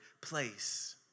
place